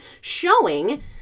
showing